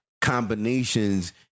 combinations